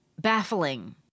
baffling